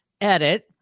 edit